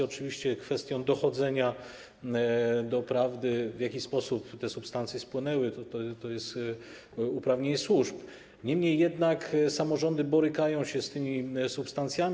Oczywiście kwestia dochodzenia prawdy, w jaki sposób te substancje spłonęły, to jest uprawnienie służb, niemniej jednak samorządy borykają się z tymi substancjami.